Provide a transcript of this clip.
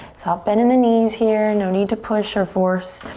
soft bend in the knees here. no need to push or force.